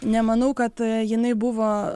nemanau kad jinai buvo